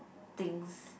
things